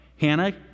Hannah